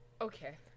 Okay